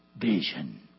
Vision